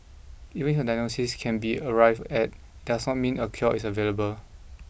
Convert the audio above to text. even if a diagnosis can be arrived at does not mean a cure is available